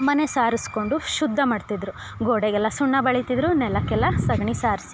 ಮನೆ ಸಾರಿಸ್ಕೊಂಡು ಶುದ್ದ ಮಾಡ್ತಿದ್ರು ಗೋಡೆಗೆಲ್ಲ ಸುಣ್ಣ ಬಳಿತಿದ್ರು ನೆಲಕ್ಕೆಲ್ಲ ಸಗಣಿ ಸಾರಿಸಿ